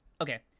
Okay